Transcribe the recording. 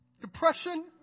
depression